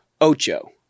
Ocho